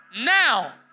Now